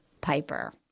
Piper